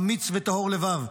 אמיץ וטהור לבב,